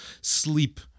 sleep